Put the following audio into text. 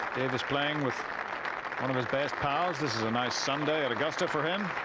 it was playing with one of his best pars this is a nice sunday at augusta for him.